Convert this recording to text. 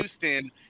Houston